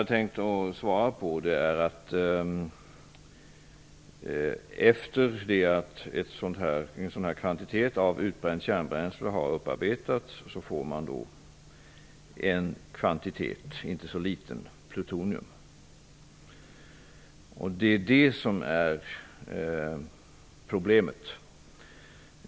Efter det att en sådan här kvantitet av utbränt kärnbränsle upparbetats erhåller man en inte så liten kvantitet plutonium. Det är problemet.